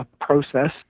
process